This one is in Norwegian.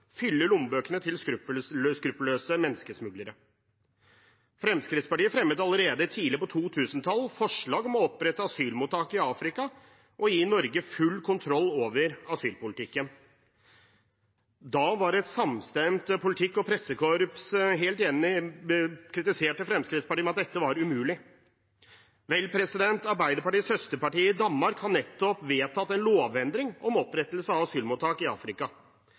fyller lommebøkene til skruppelløse menneskesmuglere. Fremskrittspartiet fremmet allerede tidlig på 2000-tallet forslag om å opprette asylmottak i Afrika og gi Norge full kontroll over asylpolitikken. Da var et samstemt politikk- og pressekorps helt enige og kritiserte Fremskrittspartiet med at dette var umulig. Vel, Arbeiderpartiets søsterparti i Danmark har nettopp vedtatt en lovendring om opprettelse av asylmottak i Afrika.